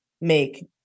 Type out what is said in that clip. make